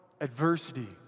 Adversity